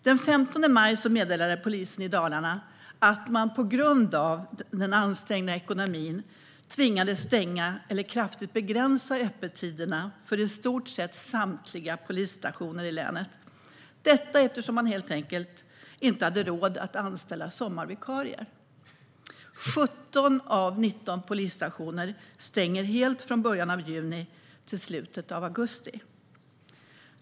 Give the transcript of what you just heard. Den 15 maj meddelade polisen i Dalarna att man på grund av den ansträngda ekonomin tvingas stänga eller kraftigt begränsa öppettiderna för i stort sett samtliga polisstationer i länet - detta eftersom man helt enkelt inte har råd att anställa sommarvikarier. 17 av 19 polisstationer stänger helt från början av juni till slutet av augusti.